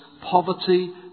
poverty